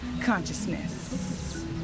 Consciousness